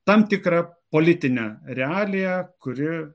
tam tikrą politinę realiją kuri